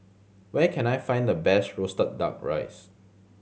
where can I find the best roasted Duck Rice